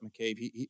McCabe